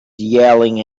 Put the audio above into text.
yelling